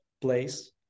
place